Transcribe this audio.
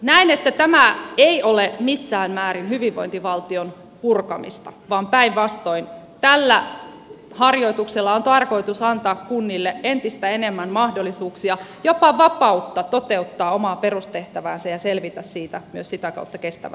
näen että tämä ei ole missään määrin hyvinvointivaltion purkamista vaan päinvastoin tällä harjoituksella on tarkoitus antaa kunnille entistä enemmän mahdollisuuksia jopa vapautta toteuttaa omaa perustehtäväänsä ja selvitä siitä myös sitä kautta kestävällä tavalla